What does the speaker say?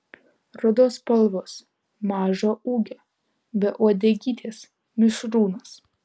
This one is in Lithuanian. rudos spalvos mažo ūgio be uodegytės mišrūnas